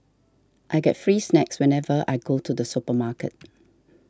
I get free snacks whenever I go to the supermarket